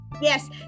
Yes